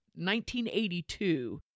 1982